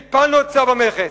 הפלנו את צו המכס,